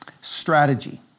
strategy